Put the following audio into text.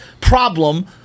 problem